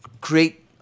create